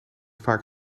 vaak